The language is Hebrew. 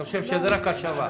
אני חושב רק השבה.